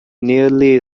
nearly